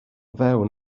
fewn